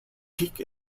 peak